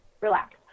Relax